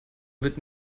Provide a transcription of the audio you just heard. wird